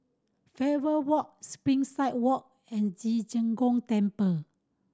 Faber Walk Springside Walk and Ci Zheng Gong Temple